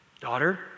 daughter